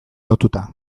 lotuta